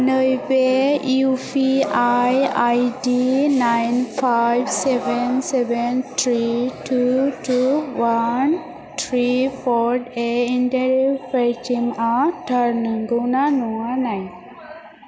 नैबे UPI ID nine five seven seven three two two one three four ए एनटेन्ट पेटिएमआ थार नंगौ ना नङा नाय